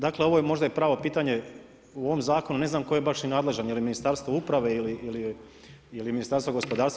Dakle ovo je možda i pravo pitanje u ovom zakonu ne znam tko je baš i nadležan, jeli Ministarstvo uprave ili Ministarstvo gospodarstva.